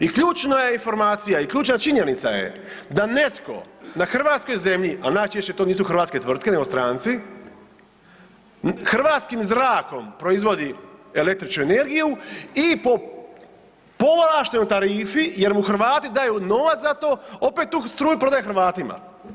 I ključna je informacija i ključna činjenica je da netko na hrvatskoj zemlje, a najčešće to nisu hrvatske tvrtke nego stranci, hrvatskim zrakom proizvodi električnu energiju i po povlaštenoj tarifi jer mu Hrvati daju novac za to i opet tu struju prodaje Hrvatima.